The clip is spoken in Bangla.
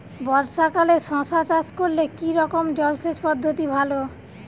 বর্ষাকালে শশা চাষ করলে কি রকম জলসেচ পদ্ধতি ভালো?